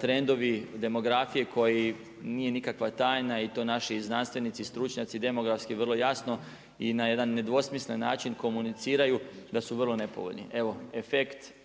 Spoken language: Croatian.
trendovi demografije koji nije nikakva tajna i to naši znanstvenici i stručnjaci demografski vrlo jasno i na jedan nedvosmislen način komuniciraju da su vrlo nepovoljni. Evo efekt